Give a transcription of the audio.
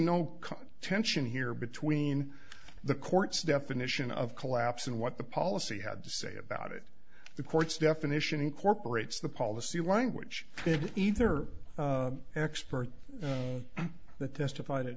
cause tension here between the court's definition of collapse and what the policy had to say about it the court's definition incorporates the policy language either expert that testif